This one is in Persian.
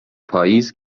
پاییز